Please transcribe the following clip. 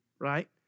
right